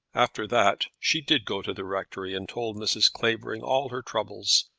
after that she did go to the rectory, and told mrs. clavering all her troubles.